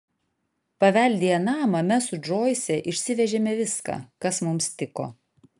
paveldėję namą mes su džoise išsivežėme viską kas mums tiko